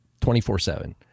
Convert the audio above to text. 24-7